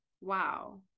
wow